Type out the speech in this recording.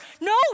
no